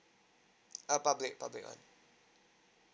a public public one